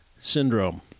syndrome